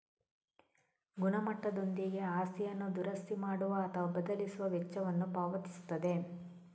ಗುಣಮಟ್ಟದೊಂದಿಗೆ ಆಸ್ತಿಯನ್ನು ದುರಸ್ತಿ ಮಾಡುವ ಅಥವಾ ಬದಲಿಸುವ ವೆಚ್ಚವನ್ನು ಪಾವತಿಸುತ್ತದೆ